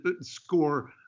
score